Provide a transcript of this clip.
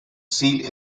seal